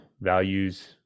values